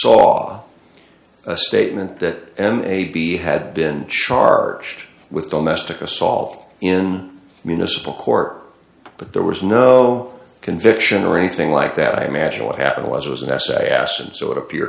saw a statement that an a b had been charged with domestic or solved in municipal court but there was no conviction or anything like that i imagine what happened was it was an essay ason so it appeared